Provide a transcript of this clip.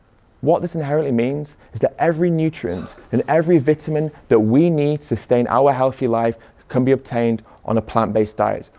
what this inherently means is that every nutrient and every vitamin that we need sustain our healthy life can be obtained on a plant-based diet.